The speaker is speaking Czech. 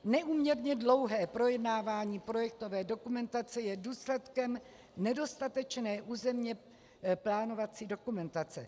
Neúměrně dlouhé projednávání projektové dokumentace je důsledkem nedostatečné územněplánovací dokumentace.